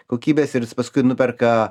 kokybės ir jis paskui nuperka